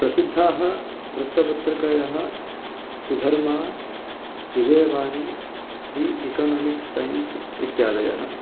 प्रसिद्धाः वृत्तपत्रिकयाः Sudharma Vijayavani The Economics Times इत्यादयः